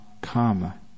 karma